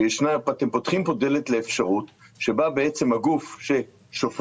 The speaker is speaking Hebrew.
שאתם פותחים פה דלת לאפשרות שבה בעצם הגוף ששופט,